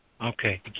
Okay